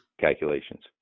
calculations